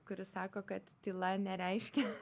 kuris sako kad tyla nereiškia